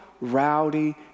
rowdy